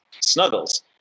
snuggles